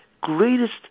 greatest